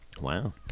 Wow